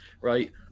right